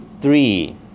three